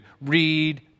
read